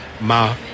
Ma